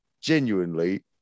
genuinely